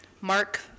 Mark